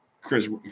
Chris